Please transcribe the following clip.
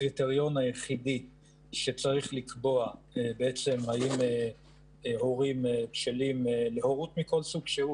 הקריטריון היחידי שצריך לקבוע שהיום הורים בשלים להורות מכל סוג שהוא